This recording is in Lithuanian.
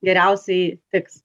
geriausiai tiks